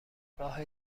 راه